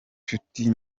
nshuti